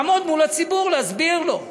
לעמוד מול הציבור, להסביר לו.